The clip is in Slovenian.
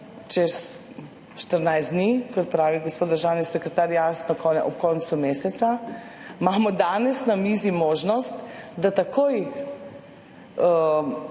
čez 14 dni, kot pravi gospod državni sekretar, jasno, ob koncu meseca, imamo danes na mizi možnost, da takoj,